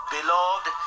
Beloved